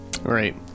Right